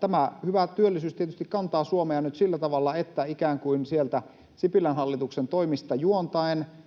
Tämä hyvä työllisyys tietysti kantaa Suomea nyt sillä tavalla, että ikään kuin sieltä Sipilän hallituksen toimista juontaen